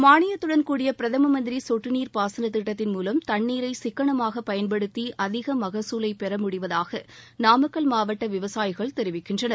மானியத்தடன் கூடிய பிரதமமந்திரிசொட்டுநீர் பாசனதிட்டத்தின் மூலம் தண்ணீரைசிக்கனமாகபயன்படுத்திஅதிகமகசூலைபெறமுடிவதாகநாமக்கல் மாவட்டவிவசாயிகள் தெரிவிக்கின்றனர்